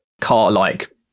car-like